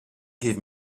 give